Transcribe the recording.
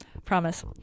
Promise